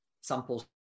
samples